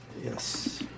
yes